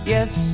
Yes